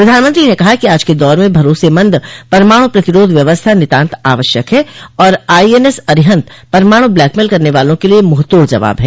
प्रधानमंत्री ने कहा कि आज के दौर में भरोसेमंद परमाणु प्रतिरोध व्यवस्था नितांत आवश्यक है और आईएनएस अरिहन्त परमाणु ब्लैकमेल करने वालों के लिए मुंहतोड़ जवाब है